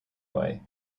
way